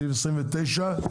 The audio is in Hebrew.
סעיף 29,